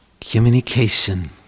Communication